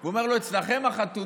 והוא אמר לו: אצלכם בחתונות